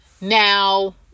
Now